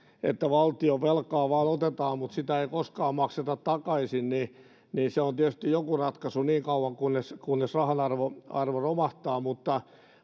että valtionvelkaa vain otetaan mutta sitä ei koskaan makseta takaisin niin niin se on tietysti joku ratkaisu niin kauan kunnes kunnes rahan arvo arvo romahtaa mutta